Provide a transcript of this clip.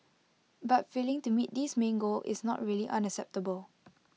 but failing to meet this main goal is not really unacceptable